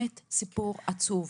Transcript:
סיפור עצוב.